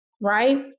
right